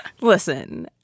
Listen